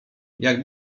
jak